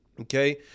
Okay